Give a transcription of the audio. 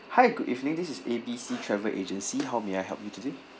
hi good evening this is A B C travel agency how may I help you today